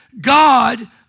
God